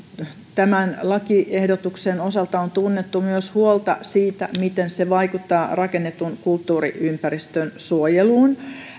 tämän lakiehdotuksen osalta on tunnettu myös huolta siitä miten se vaikuttaa rakennetun kulttuuriympäristön suojeluun